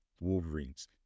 Wolverines